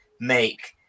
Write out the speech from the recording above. make